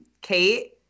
Kate